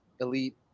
elite